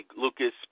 Lucas